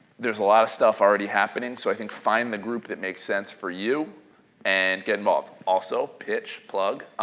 there's a lot of stuff already happening, so i think find the group that makes sense for you and get involved. also pitch, plug,